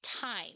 time